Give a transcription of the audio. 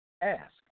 ask